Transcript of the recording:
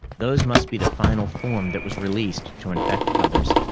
those must be the final form that was released to infect others.